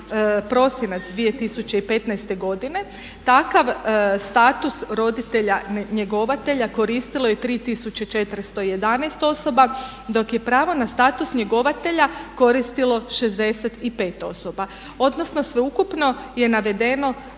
prosinac 2015. godine takav status roditelja njegovatelja koristilo je 3411 osoba, dok je pravo na status njegovatelja koristilo 65 osoba. Odnosno sveukupno je navedeno